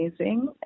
amazing